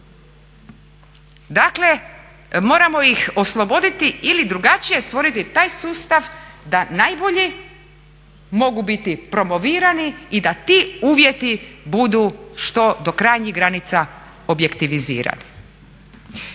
Dakle, moramo ih osloboditi ili drugačije stvoriti taj sustav da najbolji mogu biti promovirani i da ti uvjeti budu što do krajnjih granica objektivizirani.